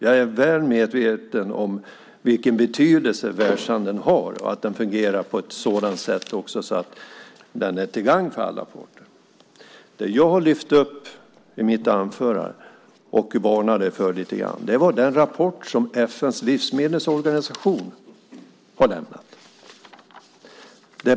Jag är väl medveten om vilken betydelse världshandeln har och att den fungerar så att den är till gagn för alla parter. Jag varnade i mitt anförande för den rapport som FN:s livsmedelsorganisation har lämnat.